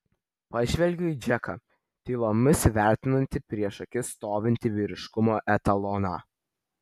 pažvelgiu į džeką tylomis vertinantį prieš akis stovintį vyriškumo etaloną